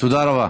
תודה רבה.